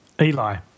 Eli